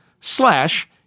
slash